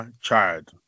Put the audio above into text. child